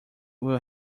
will